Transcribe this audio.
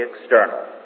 external